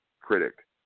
critic